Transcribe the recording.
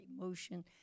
emotion